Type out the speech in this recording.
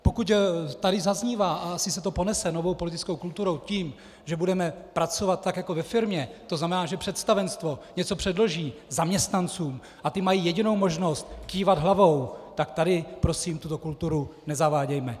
Pokud tady zaznívá a asi se to ponese novou politickou kulturou , že budeme pracovat jako ve firmě, to znamená, že představenstvo něco předloží zaměstnancům a ti mají jedinou možnost kývat hlavou, tak tady prosím tuto kulturu nezavádějme.